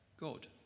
God